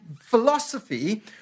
philosophy